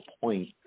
point